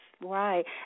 right